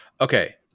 okay